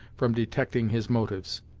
from detecting his motives.